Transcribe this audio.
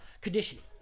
conditioning